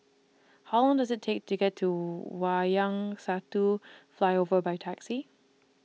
How Long Does IT Take to get to Wayang Satu Flyover By Taxi